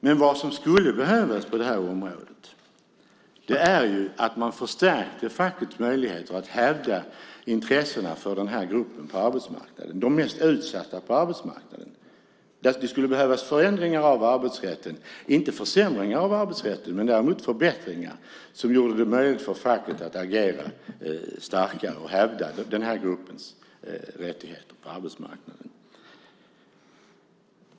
Men det som skulle behövas på det här området är att man förstärkte fackets möjligheter att hävda intressena för den här gruppen på arbetsmarknaden, alltså de mest utsatta på arbetsmarknaden. Det skulle behövas förändringar av arbetsrätten - inte försämringar av arbetsrätten men däremot förbättringar som gjorde det möjligt för facket att agera starkare och hävda den här gruppens rättigheter på arbetsmarknaden.